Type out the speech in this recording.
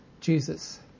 Jesus